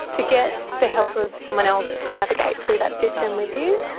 to get the help of someone else to navigate through that system with you.